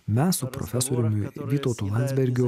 mes su profesoriumi vytautu landsbergiu